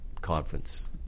conference